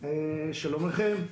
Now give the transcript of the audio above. שלום לכולם.